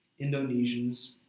Indonesians